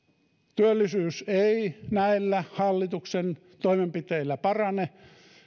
työllisyys ei näillä hallituksen toimenpiteillä parane